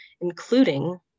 including